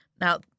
Now